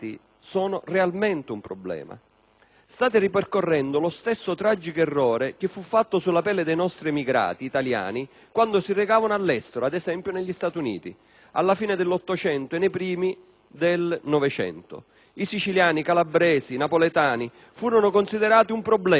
State ripercorrendo lo stesso tragico errore fatto sulla pelle dei nostri emigrati italiani quando si recavano all'estero, per esempio negli Stati Uniti, alla fine dell'Ottocento e nei primi del Novecento. Siciliani, calabresi, napoletani furono considerati un problema, le mafie no.